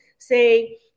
say